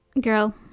girl